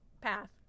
path